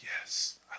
yes